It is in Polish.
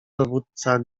dowódca